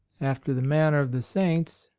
after the manner of the saints,